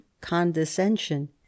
condescension